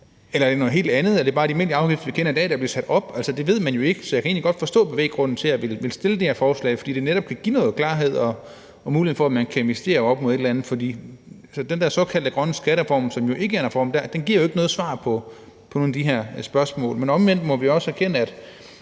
er det noget helt andet? Er det bare de almindelige afgifter, som vi kender i dag, der bliver sat op? Det ved man jo ikke. Så jeg kan egentlig godt forstå bevæggrunden for at fremsætte det her forslag, fordi det netop kan give noget klarhed og mulighed for, at man kan investere op imod et eller andet. Den der såkaldte grønne skattereform, som jo ikke er en reform, giver ikke noget svar på nogle af de her spørgsmål. Nu er vi jo ikke med i